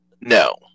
No